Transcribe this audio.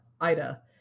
Ida